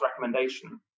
recommendation